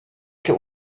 think